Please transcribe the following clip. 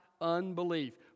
unbelief